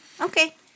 Okay